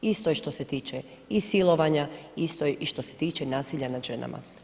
Isto je što se tiče i silovanja, isto je i što se tiče nasilja nad ženama.